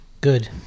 Good